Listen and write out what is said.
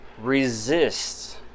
resists